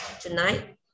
tonight